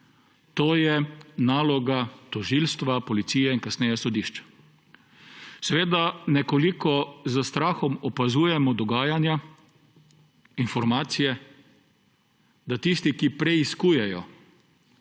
To je naloga tožilstva, policije in kasneje sodišč. Nekoliko s strahom opazujemo dogajanja, informacije, da tisti, ki preiskujejo